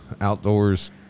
outdoors